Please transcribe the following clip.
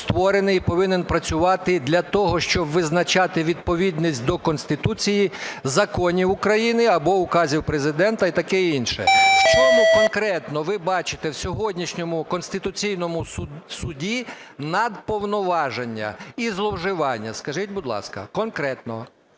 створений і повинен працювати для того, щоб визначати відповідність до Конституції законів України або указів Президента і таке інше. У чому конкретно ви бачите в сьогоднішньому Конституційному Суді надповноваження і зловживання? Скажіть, будь ласка, конкретно.